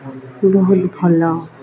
ବହୁତ ଭଲ